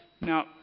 Now